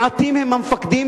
מעטים הם המפקדים,